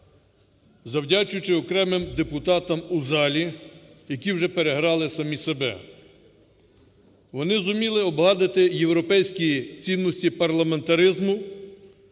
завдячуючи окремим депутатам у залі, які вже переграли самі себе. Вони зуміли обгадити європейські цінності парламентаризму